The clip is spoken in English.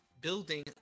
building